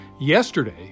Yesterday